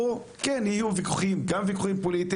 פה יהיו גם ויכוחים פוליטיים,